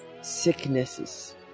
sicknesses